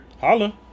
Holla